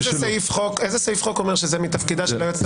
איזה סעיף חוק אומר שזה מתפקידה של היועצת המשפטית?